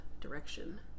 direction